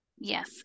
Yes